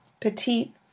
petite